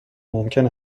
ممکن